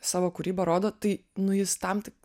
savo kūrybą rodo tai nu jis tam tik